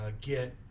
get